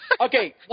Okay